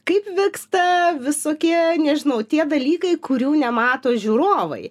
kaip vyksta visokie nežinau tie dalykai kurių nemato žiūrovai